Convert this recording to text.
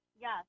Yes